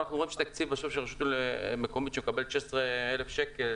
אבל אנחנו רואים שרשות מקומית שמקבלת 16,000 שקלים,